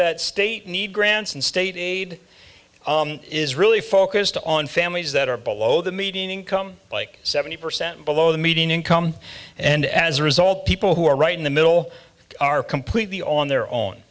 state need grants and state aid is really focused on families that are below the median income like seventy percent below the median income and as a result people who are right in the middle are completely on their own